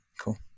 cool